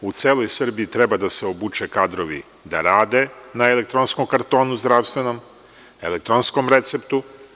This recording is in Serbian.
U celoj Srbiji treba da se obuče kadrovi da rade na elektronskom kartonu zdravstvenom, elektronskom receptu.